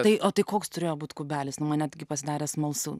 tai o tai koks turėjo būt kubelis nu man netgi pasidarė smalsu